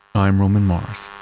i'm roman mars